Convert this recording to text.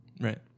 Right